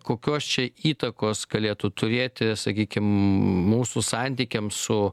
kokios čia įtakos galėtų turėti sakykim mūsų santykiams su